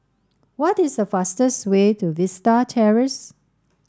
what is the fastest way to Vista Terrace